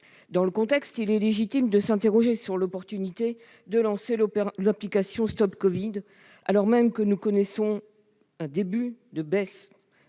Dans ce contexte, il est légitime de s'interroger sur l'opportunité de lancer l'application StopCovid, alors même que nous connaissons un début de baisse